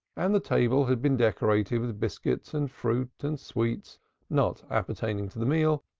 and the table had been decorated with biscuits and fruit and sweets not appertaining to the meal,